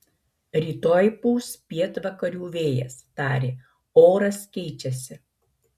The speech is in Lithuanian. rytoj pūs pietvakarių vėjas tarė oras keičiasi